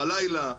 בלילה,